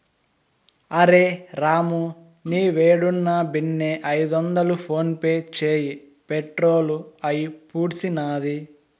అరె రామూ, నీవేడున్నా బిన్నే ఐదొందలు ఫోన్పే చేయి, పెట్రోలు అయిపూడ్సినాది